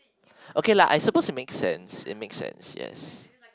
okay lah I suppose it makes sense it makes sense yes